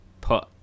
put